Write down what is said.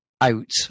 out